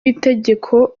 itegeko